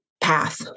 path